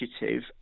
initiative